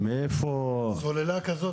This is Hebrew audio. סוללה כזאת,